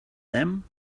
them